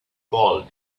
called